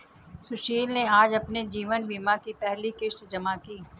सुशील ने आज अपने जीवन बीमा की पहली किश्त जमा की